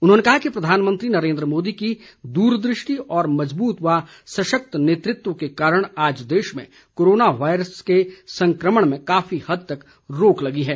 उन्होंने कहा कि प्रधानमंत्री नरेंद्र मोदी की द्रदृष्टि और मजबूत व सशक्त नेतृत्व के कारण आज देश में कोरोना वायरस के संक्रमण में काफी हद तक रोक लगी है